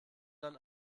dann